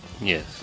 Yes